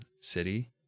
city